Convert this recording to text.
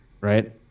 Right